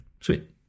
Sweet